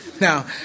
now